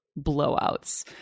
blowouts